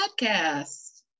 podcast